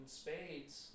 spades